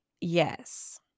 Yes